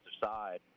side